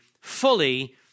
fully